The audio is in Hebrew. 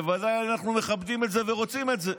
בוודאי אנחנו מכבדים את זה ורוצים את זה.